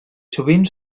sovint